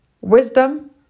Wisdom